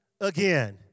again